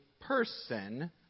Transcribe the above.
person